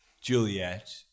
Juliet